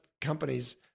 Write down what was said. companies